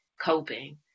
coping